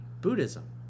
buddhism